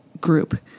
group